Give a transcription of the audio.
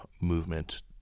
movement